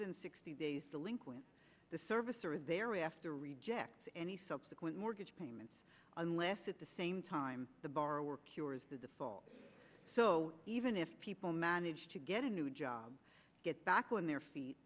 than sixty days delinquent the servicer thereafter rejects any subsequent mortgage payments unless at the same time the borrower cures the default so even if people manage to get a new job get back on their feet